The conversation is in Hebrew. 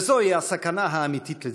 וזוהי הסכנה האמיתית לדמוקרטיה,